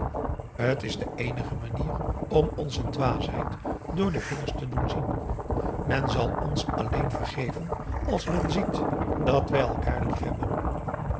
t is de eenige manier om onze dwaasheid door de vingers te doen zien men zal ons alleen vergeven als men ziet dat wij elkaar liefhebben